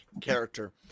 character